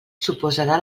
suposarà